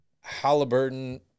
Halliburton